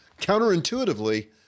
counterintuitively